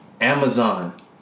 Amazon